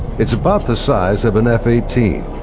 it's about the size of an f eighteen,